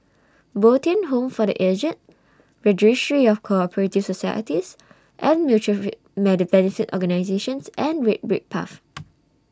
Bo Tien Home For The Aged Registry of Co Operative Societies and Mutual Benefit Organisations and Red Brick Path